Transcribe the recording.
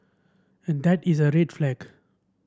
and that is a red flag